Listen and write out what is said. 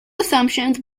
assumptions